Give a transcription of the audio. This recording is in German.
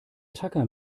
tacker